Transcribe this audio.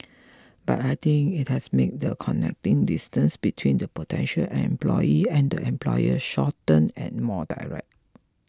but I think it has made the connecting distance between the potential employee and employer shorter and more direct